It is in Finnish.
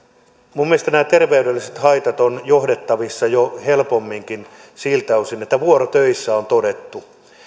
minun mielestäni nämä terveydelliset haitat ovat johdettavissa jo helpomminkin siltä osin että vuorotöissä on todettu